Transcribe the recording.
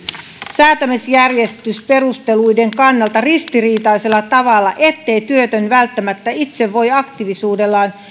säätämisjärjestysperusteluiden kannalta ristiriitaisella tavalla ettei työtön välttämättä itse voi aktiivisuudellaan